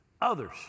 others